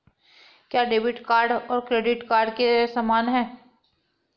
क्या debit card credit card के समान है?